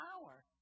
power